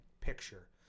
picture